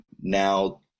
now